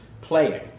playing